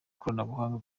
koranabuhanga